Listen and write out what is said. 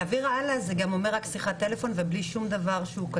להעביר הלאה זה גם אומר רק שיחת טלפון ובלי שום דבר שהוא כתוב?